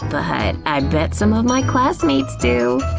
but but i bet some of my classmates do.